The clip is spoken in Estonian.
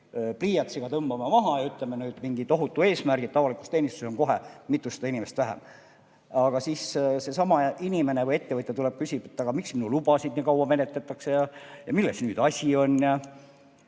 pliiatsiga tõmbame maha ja ütleme nüüd mingi tohutu eesmärgi, et avalikus teenistuses on kohe mitusada inimest vähem. Ent siis ehk inimene või ettevõtja tuleb ja küsib, aga miks minu lubasid nii kaua menetletakse, milles nüüd asi on.